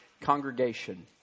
congregation